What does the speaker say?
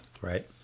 Right